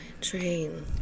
Train